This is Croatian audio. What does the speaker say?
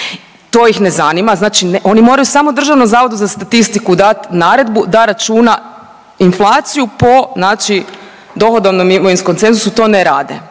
To ih ne zanima. Znači oni moraju samo Državnom zavodu za statistiku dati naredbu da računa inflaciju po znači dohodovnom i imovinskom cenzusu to ne rade.